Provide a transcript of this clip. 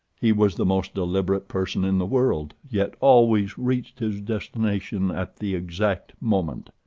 he was the most deliberate person in the world, yet always reached his destination at the exact moment.